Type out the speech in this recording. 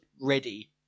ready